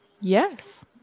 yes